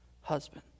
husband